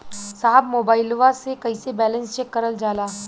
साहब मोबइलवा से कईसे बैलेंस चेक करल जाला?